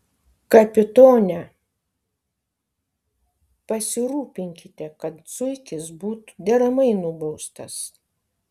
kapitone pasirūpinkite kad zuikis būtų deramai nubaustas